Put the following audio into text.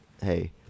hey